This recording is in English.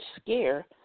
Scare